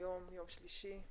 היום יום שלישי,